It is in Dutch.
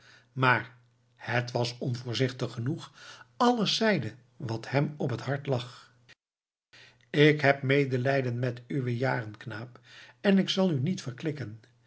maar het was onvoorzichtig genoeg alles zeide wat hem op het hart lag ik heb medelijden met uwe jaren knaap en ik zal u niet verklikken